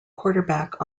quarterback